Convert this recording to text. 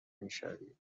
میشوی